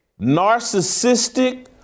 narcissistic